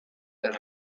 els